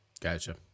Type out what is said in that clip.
Gotcha